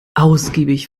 ausgiebig